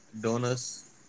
donors